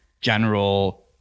general